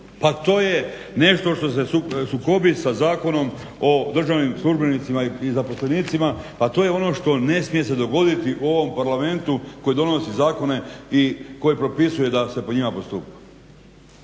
Pa to je nešto što se sukobi sa Zakonom o državnim službenicima i namještenicima, a to je ono što se ne smije dogoditi u ovom Parlamentu koji donosi zakone i koji propisuje da se po njima postupa.